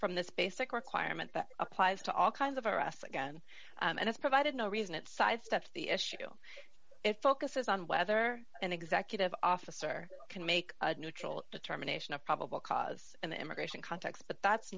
from this basic requirement that applies to all kinds of arrests again and it's provided no reason it sidestepped the issue it focuses on whether an executive officer can make a neutral determination of probable cause in the immigration context but that's